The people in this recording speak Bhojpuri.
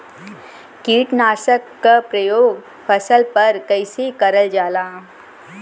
कीटनाशक क प्रयोग फसल पर कइसे करल जाला?